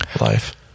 life